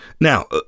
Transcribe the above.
Now